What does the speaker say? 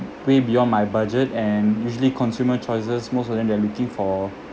way beyond my budget and usually consumer choices most of them they're looking for